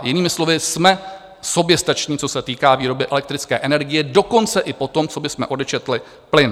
Jinými slovy jsme soběstační, co se týká výroby elektrické energie dokonce i potom, co bychom odečetli plyn.